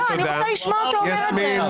לא, אני רוצה לשמוע אותו אומר את זה.